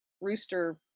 rooster